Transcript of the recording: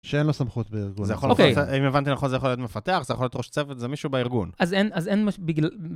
שאין לו סמכות בארגון. זה יכול להיות, אם הבנתי נכון, זה יכול להיות מפתח, זה יכול להיות ראש צוות, זה מישהו בארגון. אז אין, אז אין, בגלל...